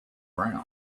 brown